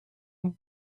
you